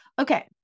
Okay